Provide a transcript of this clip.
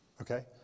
Okay